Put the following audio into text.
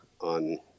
on